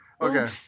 Okay